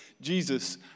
Jesus